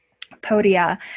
Podia